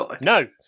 no